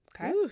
okay